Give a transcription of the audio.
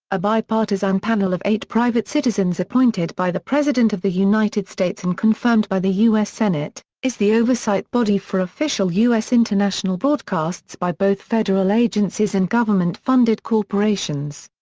a bipartisan panel of eight private citizens appointed by the president of the united states and confirmed by the u s. senate, is the oversight body for official u s. international broadcasts by both federal agencies and government-funded corporations.